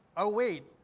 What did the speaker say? oh wait!